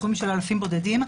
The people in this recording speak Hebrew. סכומים של אלפים בודדים,